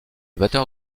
batteur